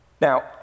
Now